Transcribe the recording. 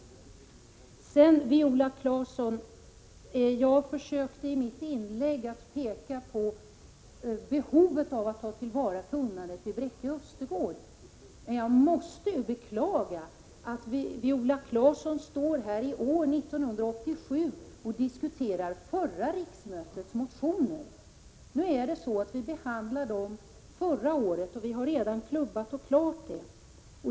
Sedan, Viola Claesson, försökte jag i mitt inlägg peka på behovet av att tillvarata kunnandet vid Bräcke Östergård. Jag beklagar att Viola Claesson står här år 1987 och diskuterar förra riksmötets motioner. Vi behandlade dem förra året — det är redan klubbat och klart.